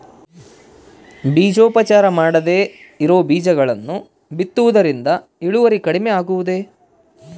ಬೇಜೋಪಚಾರ ಮಾಡದೇ ಇರೋ ಬೇಜಗಳನ್ನು ಬಿತ್ತುವುದರಿಂದ ಇಳುವರಿ ಕಡಿಮೆ ಆಗುವುದೇ?